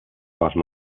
bottom